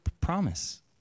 promise